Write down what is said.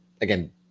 again